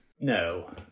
No